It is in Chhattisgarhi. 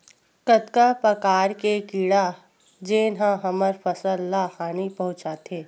कतका प्रकार के कीड़ा जेन ह हमर फसल ल हानि पहुंचाथे?